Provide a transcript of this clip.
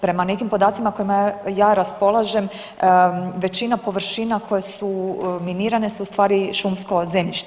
Prema nekim podacima kojima ja raspolažem većina površina koje su minirane su ustvari šumsko zemljište.